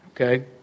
Okay